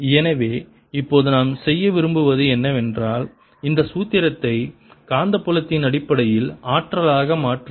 எனவே இப்போது நாம் செய்ய விரும்புவது என்னவென்றால் இந்த சூத்திரத்தை காந்தப்புலத்தின் அடிப்படையில் ஆற்றலாக மாற்றவும்